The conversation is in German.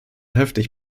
heftig